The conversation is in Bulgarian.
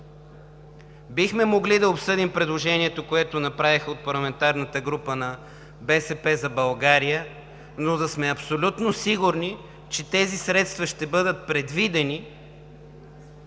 Бихме могли да обсъдим предложението, което направиха от парламентарната група на „БСП за България“, но да сме абсолютно сигурни, че тези средства ще бъдат предвидени,